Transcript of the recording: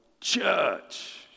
church